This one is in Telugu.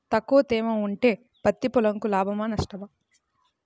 తక్కువ తేమ ఉంటే పత్తి పొలంకు లాభమా? నష్టమా?